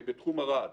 בתחום הרעד.